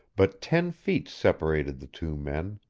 but ten feet separated the two men.